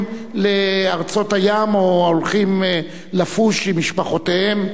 לארצות הים או הולכים לפוש עם משפחותיהם.